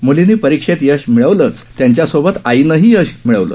मुलींनी परिक्षेत यश मिळवलंच त्यांच्या सोबत आईनंही यश गाठलं